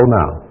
now